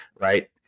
right